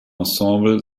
ensemble